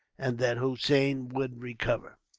and that hossein would recover.